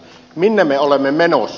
minne me olemme menossa